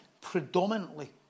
predominantly